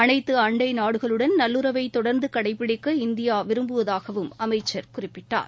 அனைத்து அண்டை நாடுகளுடன் நல்லுறவை தொடர்ந்து கடைபிடிக்க இந்தியா விரும்புவதாக அமைச்சர் குறிப்பிட்டார்